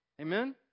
Amen